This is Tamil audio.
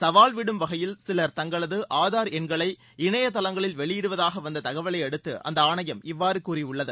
சவால்விடும் வகையில் சிலர் தங்களது ஆதார் எண்களை இணையதளங்களில் வெளியிடுவதாக வந்த தகவலை அடுத்து அந்த ஆணையம் இவ்வாறு கூறியுள்ளது